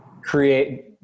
create